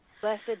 Blessed